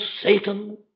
Satan